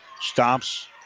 stops